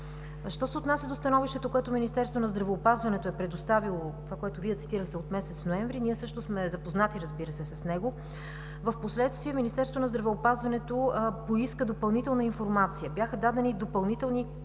Що се отнася до становището, което Министерството на здравеопазването е предоставило – това, което Вие цитирахте, от месец ноември, ние също сме запознати, разбира се, с него. Впоследствие Министерството на здравеопазването поиска допълнителна информация, бяха дадени допълнителни гаранции